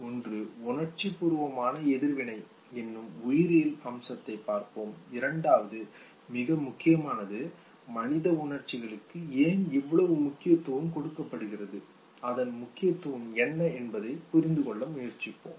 ஒன்று உணர்ச்சிபூர்வமான எதிர்வினை என்னும் உயிரியல் அம்சத்தைப் பார்ப்போம் இரண்டாவது மிக முக்கியமானது மனித உணர்ச்சிகளுக்கு ஏன் இவ்வளவு முக்கியத்துவம் கொடுக்கப்படுகிறது அதன் முக்கியத்துவம் என்ன என்பதை புரிந்து கொள்ள முயற்சிப்போம்